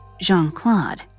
Jean-Claude